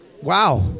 wow